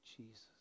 Jesus